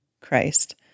Christ